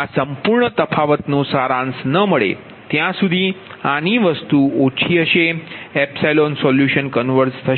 આ સંપૂર્ણ તફાવતનો સારાંશ ન મળે ત્યાં સુધી આની વસ્તુ ઓછી હશે પછી એપ્સિલન સોલ્યુશન કન્વર્ઝ થશે